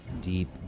deep